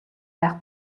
байх